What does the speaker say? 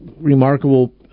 remarkable